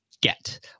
get